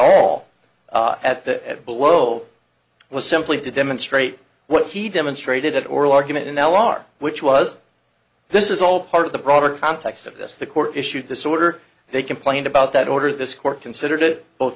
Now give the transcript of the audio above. all at the at below was simply to demonstrate what he demonstrated at oral argument in l r which was this is all part of the broader context of this the court issued this order they complained about that order this court considered it both